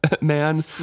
man